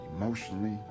emotionally